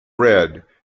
red